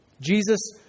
Jesus